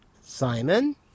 Simon